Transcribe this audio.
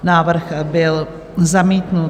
Návrh byl zamítnut.